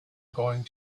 going